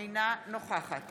אינה נוכחת